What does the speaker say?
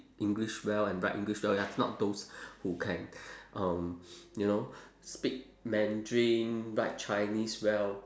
english well and write english well ya it's not those who can um you know speak mandarin write chinese well